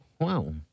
Wow